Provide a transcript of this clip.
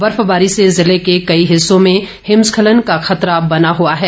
बर्फबारी से जिले के कई हिस्सों में हिमस्खलन का खतरा बना हुआ है